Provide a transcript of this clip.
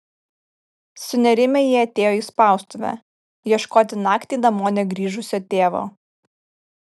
sunerimę jie atėjo į spaustuvę ieškoti naktį namo negrįžusio tėvo